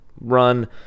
run